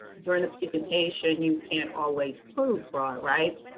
during the presentation you can't always prove fraud right?